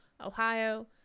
Ohio